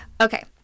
Okay